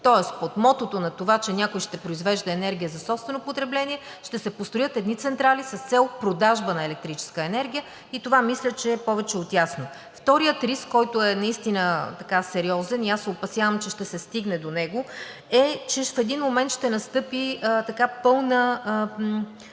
Тоест под мотото на това, че някой ще произвежда енергия за собствено потребление, ще се построят едни централи с цел продажба на електрическа енергия и това мисля, че е повече от ясно. Вторият риск, който е наистина сериозен и аз се опасявам, че ще се стигне до него, е, че в един момент ще настъпи пълно